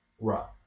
Right